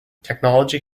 technology